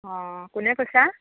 অঁ কোনে কৈছা